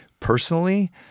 personally